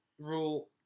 rule